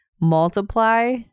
multiply